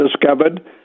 discovered